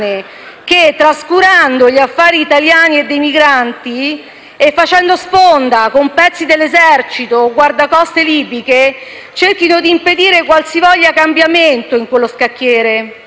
che, trascurando gli affari italiani e dei migranti e facendo sponda con pezzi dell'Esercito e dei guardacoste libici, cerchino di impedire qualsivoglia cambiamento in quello scacchiere.